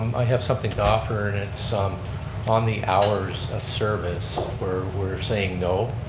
um i have something to offer and it's um on the hours of service, we're we're saying no.